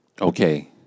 Okay